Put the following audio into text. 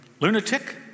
lunatic